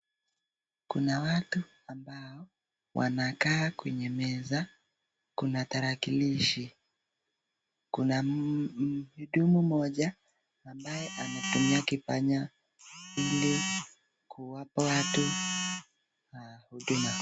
Kuna watu ambao wanakaa kwenye meza kuna tarakilishi. Kuna mhudumu mmoja ambaye anatumia kipanya ili kuwapa watu huduma.